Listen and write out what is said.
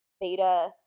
beta